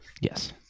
Yes